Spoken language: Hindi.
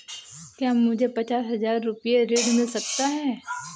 क्या मुझे पचास हजार रूपए ऋण मिल सकता है?